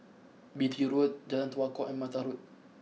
Beatty Road Jalan Tua Kong and Mattar Road